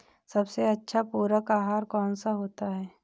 सबसे अच्छा पूरक आहार कौन सा होता है?